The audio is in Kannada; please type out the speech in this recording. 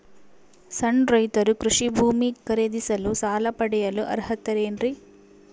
ಸಣ್ಣ ರೈತರು ಕೃಷಿ ಭೂಮಿ ಖರೇದಿಸಲು ಸಾಲ ಪಡೆಯಲು ಅರ್ಹರೇನ್ರಿ?